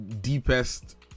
deepest